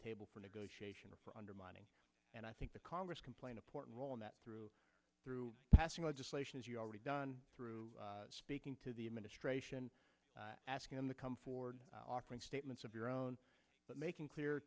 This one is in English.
table for negotiation or for undermining and i think the congress complained a portable in that through through passing legislation as you already done through speaking to the administration asking him to come forward offering statements of your own making clear